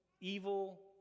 evil